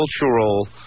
cultural